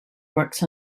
works